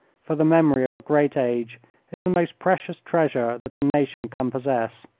for the memory of a great age is the most precious treasure that a nation can possess.